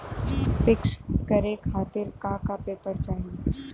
पिक्कस करे खातिर का का पेपर चाही?